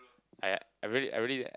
I I really I really